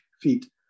feet